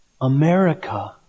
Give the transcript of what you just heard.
America